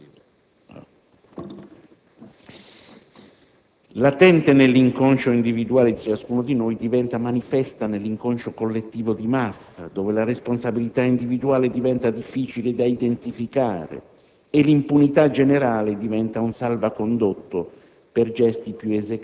latente nell'inconscio individuale di ciascuno di noi, diventa manifesta nell'inconscio collettivo di massa, dove la responsabilità individuale diventa difficile da identificare